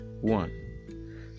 one